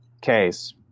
case